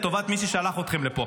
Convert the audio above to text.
לטובת מי ששלח אתכם לפה.